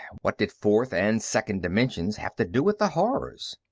what did fourth and second dimensions have to do with the horror?